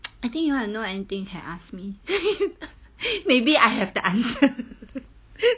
I think you wanna know anything can ask me maybe I have the idea